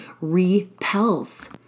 repels